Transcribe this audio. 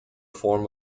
form